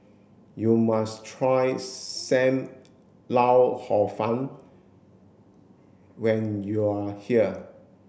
you must try sam lau hor fun when you are here